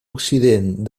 occident